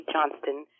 Johnston